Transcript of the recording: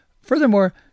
Furthermore